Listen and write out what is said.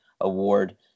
Award